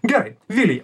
gerai vilija